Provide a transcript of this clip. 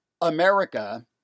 America